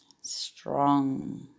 Strong